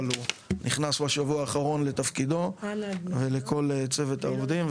אבל הוא נכנס בשבוע האחרון לתפקידו ולכל צוות העובדים,